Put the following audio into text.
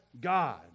God